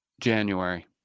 january